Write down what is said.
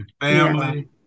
family